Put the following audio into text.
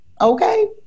okay